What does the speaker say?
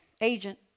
agent